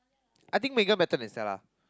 I think Megan better than Stella